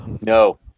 no